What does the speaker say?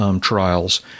trials